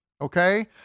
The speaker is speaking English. okay